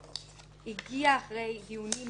הגיעה אחרי דיונים אמיתיים.